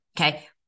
Okay